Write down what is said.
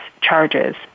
charges